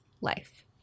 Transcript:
life